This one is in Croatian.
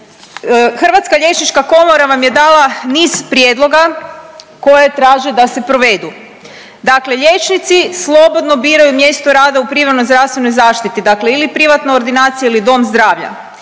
Hrvatska liječnička komora vam je dala niz prijedloga koje traže da se provedu. Dakle liječnici slobodno biraju mjesto rada u primarnoj zdravstvenoj zaštiti, dakle ili privatna ordinacija ili dom zdravlja,